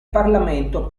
parlamento